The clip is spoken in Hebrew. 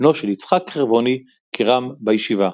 בנו של יצחק חברוני כר"מ בישיבה,